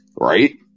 Right